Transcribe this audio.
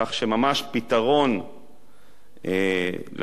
כך שממש פתרון ארוך-טווח,